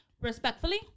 respectfully